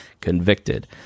convicted